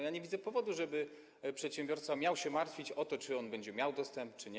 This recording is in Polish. Ja nie widzę powodu, żeby przedsiębiorca miał się martwić o to, czy on będzie miał dostęp czy nie.